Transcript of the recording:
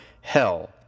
hell